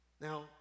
Now